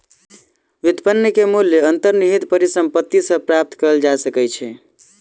व्युत्पन्न के मूल्य अंतर्निहित परिसंपत्ति सॅ प्राप्त कय जा सकै छै